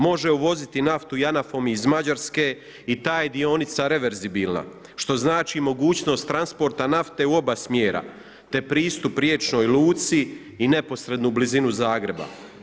Može uvoziti naftu JANAF-om iz Mađarske i ta je dionica reverzibilna što znači mogućnost transporta nafte u oba smjera te pristup riječnoj luci i neposrednoj blizini Zagreba.